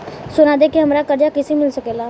सोना दे के हमरा कर्जा कईसे मिल सकेला?